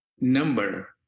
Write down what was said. number